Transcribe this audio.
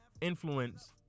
influence